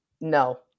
no